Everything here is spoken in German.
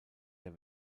der